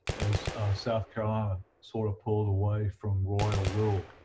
as south carolina sort of pulled away from royal rule